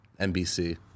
NBC